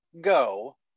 go